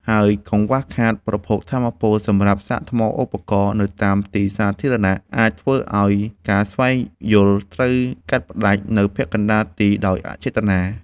ហើយកង្វះខាតប្រភពថាមពលសម្រាប់សាកថ្មឧបករណ៍នៅតាមទីសាធារណៈ អាចធ្វើឱ្យការស្វែងយល់ត្រូវកាត់ផ្ដាច់នៅពាក់កណ្ដាលទីដោយអចេតនា។